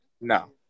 no